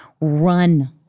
run